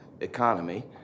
economy